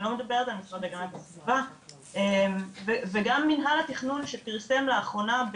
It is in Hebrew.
לא מדברת עכשיו על המשרד להגנת הסביבה וגם מנהל התכנון שפרסם לאחרונה,